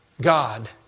God